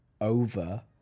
over